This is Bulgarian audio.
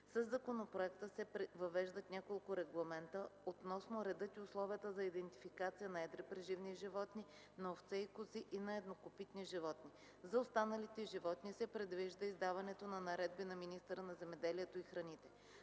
Със законопроекта се въвеждат няколко регламента относно реда и условията за идентификация на едри преживни животни, на овце и кози и на еднокопитни животни. За останалите животни се предвижда издаването на наредби на министъра на земеделието и храните.